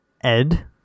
Ed